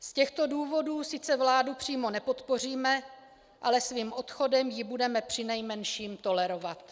Z těchto důvodů sice vládu přímo nepodpoříme, ale svým odchodem ji budeme přinejmenším tolerovat.